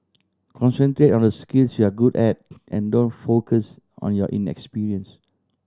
concentrate on the skills you're good at and don't focus on your inexperience